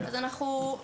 אנחנו לא נגיע לשם.